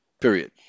Period